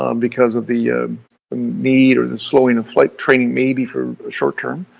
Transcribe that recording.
um because of the need or the slowing of flight training maybe for short term.